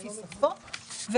לפי שפות.